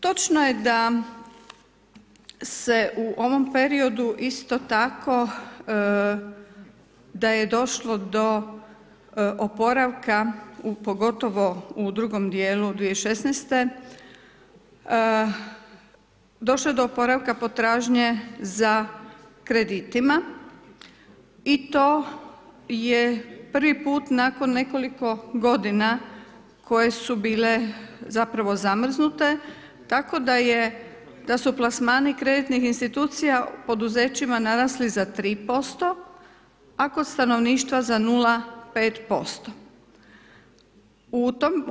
Točno je da se u ovom periodu isto tako da je došlo do oporavka, pogotovo u drugom dijelu 2016., došlo je do oporavka potražnje za kreditima i to je prvi put nakon nekoliko godina koje su bile zapravo zamrznute, tako da su plasmani kreditnih institucija u poduzećima narasli za 3%, a kod stanovništva za 0,5%